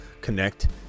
connect